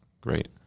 Great